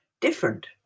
different